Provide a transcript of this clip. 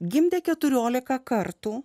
gimdė keturiolika kartų